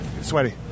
sweaty